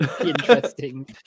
interesting